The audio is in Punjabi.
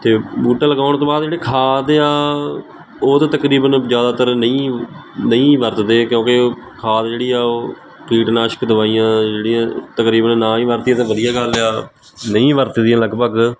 ਅਤੇ ਬੂਟਾ ਲਗਾਉਣ ਤੋਂ ਬਾਅਦ ਜਿਹੜੇ ਖਾਦ ਆ ਉਹ ਤਾਂ ਤਕਰੀਬਨ ਜ਼ਿਆਦਾਤਰ ਨਹੀਂ ਨਹੀਂ ਵਰਤਦੇ ਕਿਉਂਕਿ ਉਹ ਖਾਦ ਜਿਹੜੀ ਆ ਉਹ ਕੀਟਨਾਸ਼ਕ ਦਵਾਈਆਂ ਜਿਹੜੀਆਂ ਤਕਰੀਬਨ ਨਾ ਹੀ ਵਰਤੀਆਂ ਤਾਂ ਵਧੀਆ ਗੱਲ ਆ ਨਹੀ ਵਰਤੀ ਦੀਆਂ ਲਗਭਗ